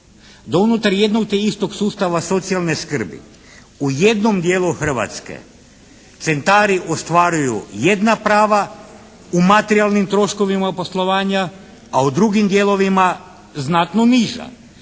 unutar jednog te istog sustava socijalne skrbi u jednom dijelu Hrvatske centari ostvaruju jedna prava u materijalnim troškovima poslovanja, a u drugim dijelovima znatno niža.